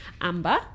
Amber